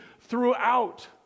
throughout